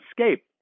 escape